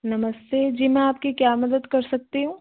नमस्ते जी मैं आपकी क्या मदद कर सकती हूँ